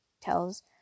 tells